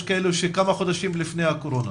יש כאלה שכמה חודשים לפני הקורונה.